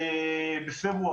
בפברואר,